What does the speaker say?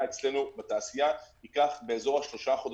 אצלנו בתעשייה תיקח כשלושה חודשים.